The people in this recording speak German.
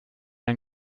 ein